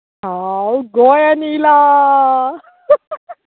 हांव गोंयान येयलां